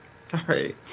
Sorry